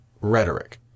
rhetoric